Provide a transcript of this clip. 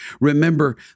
Remember